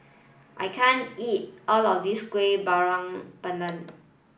I can't eat all of this Kueh Bakar Pandan